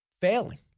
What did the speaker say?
failing